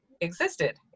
existed